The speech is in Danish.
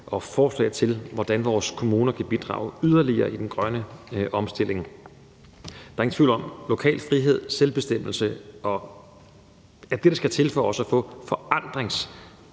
og forslag til, hvordan vores kommuner kan bidrage yderligere til den grønne omstilling. Der er ingen tvivl om, at lokal frihed og selvbestemmelse er det, der skal til for også at få forandringskraft,